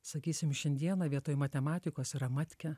sakysim šiandieną vietoj matematikos yra matkė